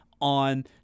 on